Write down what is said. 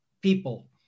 people